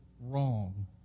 wrong